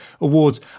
awards